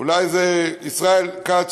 אולי זה ישראל כץ,